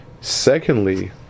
Secondly